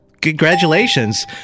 Congratulations